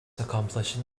accomplished